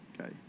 okay